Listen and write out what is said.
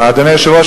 אדוני היושב-ראש,